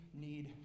need